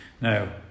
Now